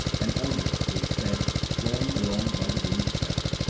and onward they sped borne along by the wind's breath.